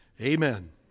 Amen